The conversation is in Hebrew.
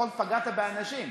פחות פגעת באנשים.